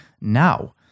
now